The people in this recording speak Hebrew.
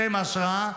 אתם ההשראה,